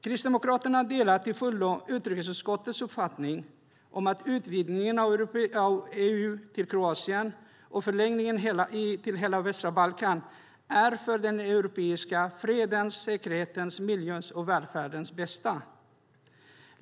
Kristdemokraterna delar till fullo utrikesutskottets uppfattning att utvidgningen av EU med Kroatien och i förlängningen hela västra Balkan är för den europeiska fredens, säkerhetens, miljöns och välfärdens bästa.